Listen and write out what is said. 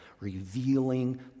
revealing